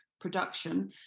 production